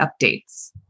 updates